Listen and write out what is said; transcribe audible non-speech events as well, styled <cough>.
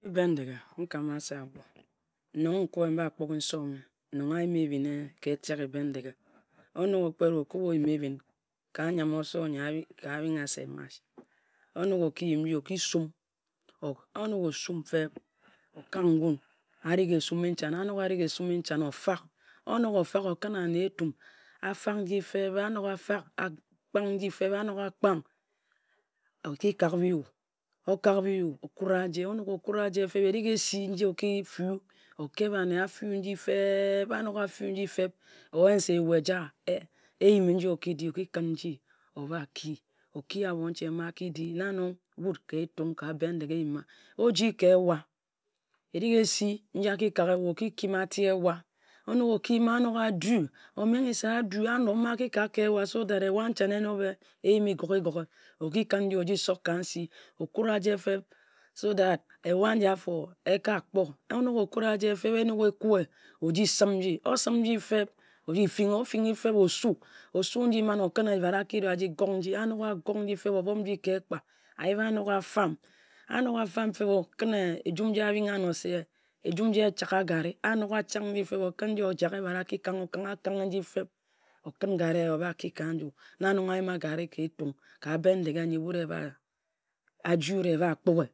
Bendeghe, mme nka-ma se Agbor nong mba kpok-ghe nse-omme nong ayima ehbin ka etek-e Bindeghe. Onok okpǝt, nong ayima ehbin ka nyiam-oso nyi abingha se march <unintelligible> onok o-ki yim, o-ki summ. Onok osumm feb, okak ngun arighi, esummi nehanne ofak. Onok ofak, okǝn ane etum, afak, anok afak, akpang. Oki kak biyue. Okak bi-yue, okut ajie. Onok okut a-jie feb erig esi nji oki feu, okeb anne a feu nji feb-ee, anok afeu nji feb-oyen se a-yu eja eyi me nji Oki-di, Oki e kǝn nji oba ki. Oki abonche ma aki-di na nong wut ka Etung, ka Bendeghe eyimma. Oji ka ewa, erig esi nji a-ki kak ewa, o-ki kim ati ewa, oki mama, anok a-da, omeghe se a-do mma a ki kak ka ewa so that ewa nchanne enobe eyimme gog-ge-gog-ge, oki kǝn nji oji sok e ka nsi <unintelligible> okut a-jie feb so that ewa anji afo eka kpor <unintelligible> onok okut a-jie feb, ekue oji simm nji feb ofinghi, onok ofinghi-osu, osu nji mma-ne okǝn nji ojak ehbat, okǝk ojak ka eji aki gook nji anok a gook nji feb, o-bop nji ka ekpa. Ayib anok a-fam-feb, okǝn aju m nji ebha nno se ejum nnji achagha garri <unintelligible> anok achak nji feb, okǝn ojak nji aki kanghe o-kanghe. Anok a kanghe nji feb, okǝn garri ehya <unintelligible> oba ki ka nju. Na nong a yimma garri ka Etung, ka Bendeghe nyi eba-ee aji wut <hesitation>